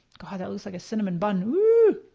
god that looks like a cinnamon bun, woo!